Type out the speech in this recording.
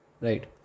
Right